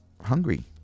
hungry